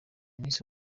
miss